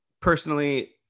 Personally